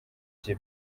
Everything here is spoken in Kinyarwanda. bye